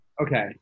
Okay